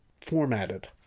formatted